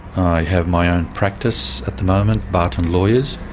i have my own practice at the moment, barton lawyers,